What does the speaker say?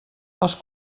els